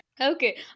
Okay